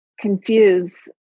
confuse